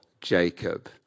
Jacob